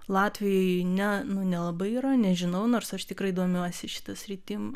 latvijoj ne nu nelabai yra nežinau nors aš tikrai domiuosi šita sritim